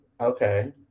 Okay